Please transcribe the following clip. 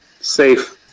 Safe